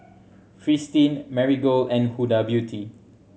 Fristine Marigold and Huda Beauty